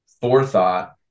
forethought